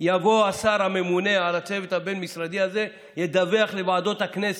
יבוא השר הממונה על הצוות הבין-משרדי הזה וידווח לוועדות הכנסת.